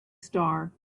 star